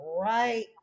right